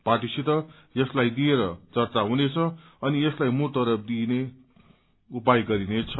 पार्टीसित यसलाई लिएर चर्चा हुनेछ अनि यसलाई मूर्तरूप दिइने उपाय गरिनेछ